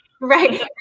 Right